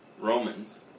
Romans